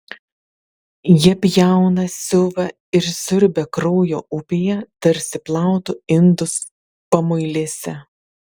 jie pjauna siuva ir siurbia kraujo upėje tarsi plautų indus pamuilėse